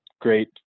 great